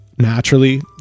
Naturally